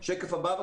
בשקף הבא.